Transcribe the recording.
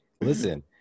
Listen